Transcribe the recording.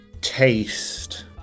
taste